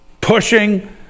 pushing